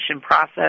process